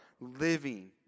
living